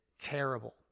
terrible